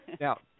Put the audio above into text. now